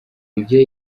ibyo